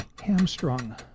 hamstrung